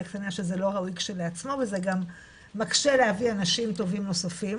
זה לא ראוי כשלעצמו וזה גם מקשה להביא אנשים טובים נוספים